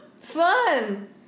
fun